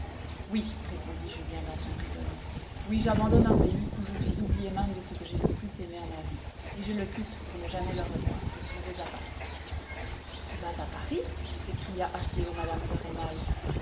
oui répondit julien d'un ton résolu oui j'abandonne un pays où je suis oublié même de ce que j'ai le plus aimé en ma vie et je le quitte pour ne jamais le revoir je vais à paris tu vas à paris s'écria assez haut mme de rênal